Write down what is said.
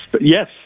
Yes